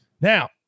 Now